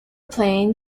plane